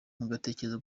mutekereza